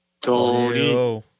Tony